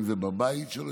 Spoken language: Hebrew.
אם זה בבית שלו,